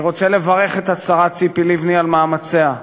אני רוצה לברך את השרה ציפי לבני על מאמציה.